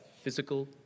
physical